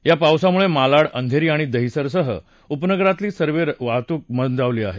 या पावसामुळे मालाड अंधेरी आणि दहिसरसह उपनगरातली रस्ते वाहतूक मंदावली आहे